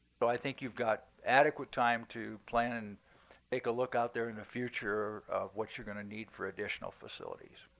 but i think you've got adequate time to plan and take a look out there in the future of what you're going to need for additional facilities.